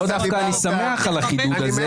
אני דווקא שמח על החידוד הזה,